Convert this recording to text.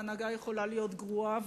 והנהגה יכולה להיות גרועה,